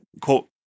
quote